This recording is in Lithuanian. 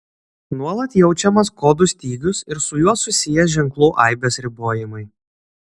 nuolat jaučiamas kodų stygius ir su juo susiję ženklų aibės ribojimai